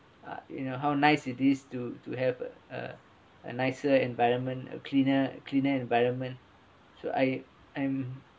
uh you know how nice it is to to have a uh a nicer environment a cleaner cleaner environment so I I'm